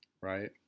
Right